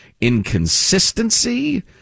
inconsistency